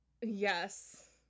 Yes